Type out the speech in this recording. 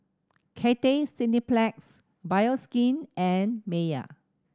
Cathay Cineplex Bioskin and Mayer